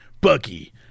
Bucky